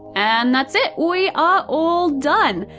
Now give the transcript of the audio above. and that's it, we are all done.